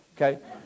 okay